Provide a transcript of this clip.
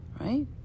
right